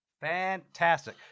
Fantastic